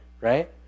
right